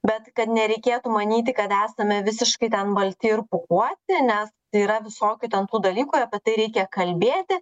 bet kad nereikėtų manyti kad esame visiškai balti ir pūkuoti nes tai yra visokių ten tų dalykų apie tai reikia kalbėti